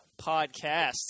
podcast